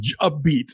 upbeat